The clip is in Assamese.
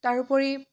তাৰোপৰি